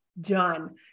done